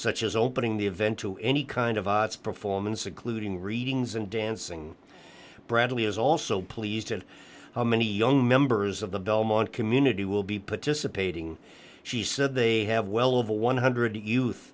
such as opening the event to any kind of performance occluding readings and dancing bradley is also pleased at how many young members of the belmont community will be put to supporting she said they have well over one hundred youth